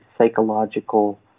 psychological